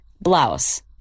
blouse